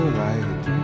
right